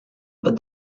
but